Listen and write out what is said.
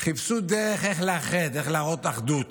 חיפשו דרך איך לאחד, איך להראות אחדות.